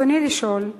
רצוני לשאול: